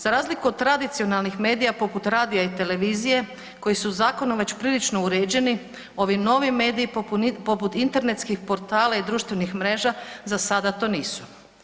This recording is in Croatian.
Za razliku od tradicionalnih medija poput radija i televizije koji su zakonom već prilično uređeni ovi novi mediji poput internetskih portala i društvenih mreža za sada to nisu.